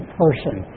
person